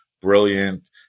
brilliant